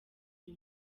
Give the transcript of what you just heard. uyu